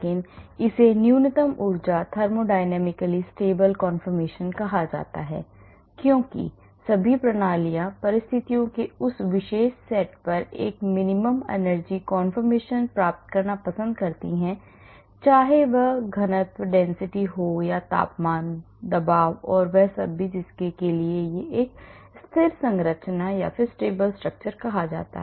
इसे न्यूनतम ऊर्जा thermodynamically stable conformation ऊष्मागतिकीय स्थिर संवहन कहा जाता है क्योंकि सभी प्रणालियाँ परिस्थितियों के उस विशेष सेट पर एक minimum energy conformation प्राप्त करना पसंद करती हैं चाहे वह घनत्व हो या तापमान या दबाव और वह सब और जिसे एक स्थिर संरचना कहा जाता है